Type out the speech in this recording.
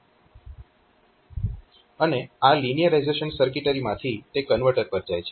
અને આ લિનિયરાઇઝેશન સર્કિટરીમાંથી તે કન્વર્ટર પર જાય છે